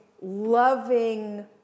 loving